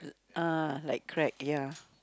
ah like crack ya